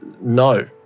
No